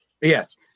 yes